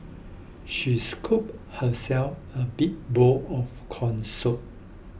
she scooped herself a big bowl of Corn Soup